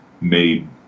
made